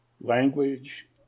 language